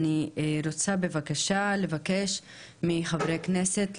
אני רוצה לבקש מחברי הכנסת,